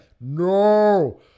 no